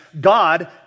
God